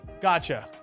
Gotcha